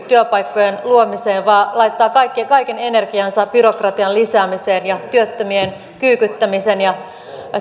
työpaikkojen luomiseen vaan laittaa kaiken energiansa byrokratian lisäämiseen ja työttömien kyykyttämisen ja